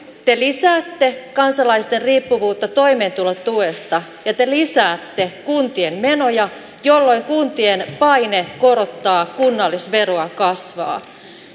te lisäätte kansalaisten riippuvuutta toimeentulotuesta ja te lisäätte kuntien menoja jolloin kuntien paine korottaa kunnallisveroa kasvaa